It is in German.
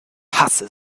hasse